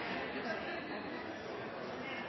teke